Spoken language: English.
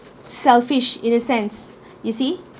selfish in a sense you see